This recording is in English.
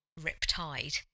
riptide